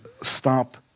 stop